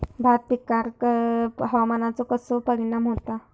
भात पिकांर हवामानाचो कसो परिणाम होता?